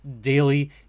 daily